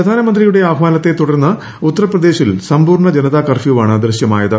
പ്രധാനമന്ത്രി യുടെ ആഹ്വാനത്തെ തുടർന്ന് ഉത്തർപ്രദേശിൽ സമ്പൂർണ ജനതാ കർഫ്യൂവാണ് ദൃശ്യമായത്